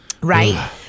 right